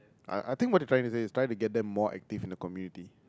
I I think what you trying to say is trying to get them more active in the community